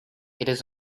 it’s